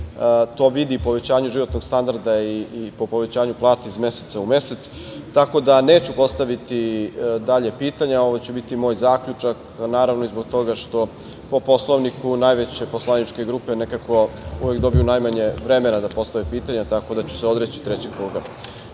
se vidi po povećanju životnog standarda i po povećanju plata iz meseca u mesec, tako da neću postaviti dalja pitanja. Ovo će biti moj zaključak, naravno i zbog toga što po Poslovniku, najveće poslaničke grupe nekako uvek dobiju najmanje vremena da postave pitanja, tako da ću se odreći trećeg kruga